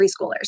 preschoolers